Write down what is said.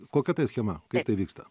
kokia tai schema kaip tai vyksta